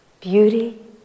beauty